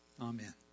Amen